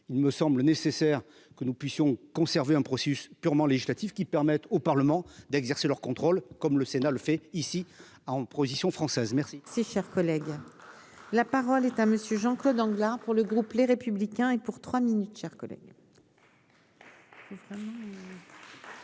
il me semble nécessaire que nous puissions conserver un processus purement législatif qui permette au Parlement d'exercer leur contrôle comme le Sénat, le fait ici en position française merci. Si cher collègue, la parole est à monsieur Jean-Claude anglais pour le groupe Les Républicains et pour trois minutes chers collègues.